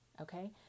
okay